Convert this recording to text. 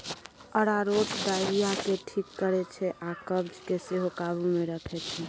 अरारोट diarrhoea केँ ठीक करै छै आ कब्ज केँ सेहो काबु मे रखै छै